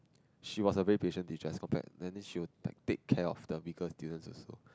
she was a very patience teacher compared that then she will take take care of the weaker student also